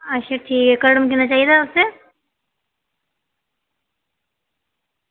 अच्छा ठीक कड़म किन्ना चाहिदा तुसें